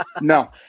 no